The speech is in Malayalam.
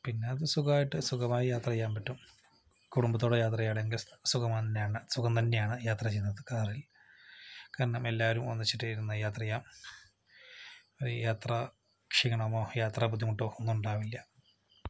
പിന്നെ അത് സുഖായിട്ട് സുഖമായി യാത്ര ചെയ്യാൻ പറ്റും കുടുംബത്തോടെ യാത്ര ചെയ്യുകയാണെങ്കിൽ സുഖം തന്നെയാണ് സുഖം തന്നെയാണ് യാത്ര ചെയ്യുന്നത് കാറിൽ കാരണം എല്ലാവരും ഒന്നിച്ചിരുന്ന് യാത്ര ചെയ്യാം അത് യാത്ര ക്ഷീണമോ യാത്രാ ബുദ്ധിമുട്ടോ ഒന്നും തന്നെ ഉണ്ടാവില്ല